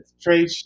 trade